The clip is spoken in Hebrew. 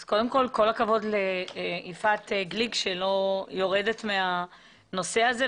אז קודם כל כל הכבוד ליפעת גליק שלא יורדת מהנושא הזה,